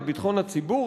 את ביטחון הציבור,